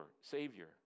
savior